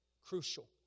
Crucial